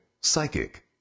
psychic